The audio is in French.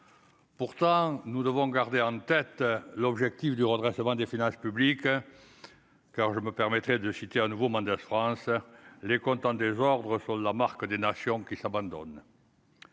Pourtant, nous devons garder en tête l'objectif du redressement des finances publiques car je me permettrai de citer un nouveau mandat France les comptes désordre la marque des nations qui s'abandonnent.